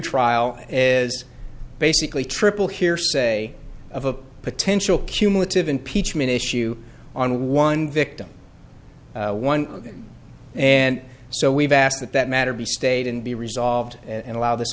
trial is basically triple hearsay of a potential cumulative impeachment issue on one victim one and so we've asked that that matter be stayed and be resolved and allow this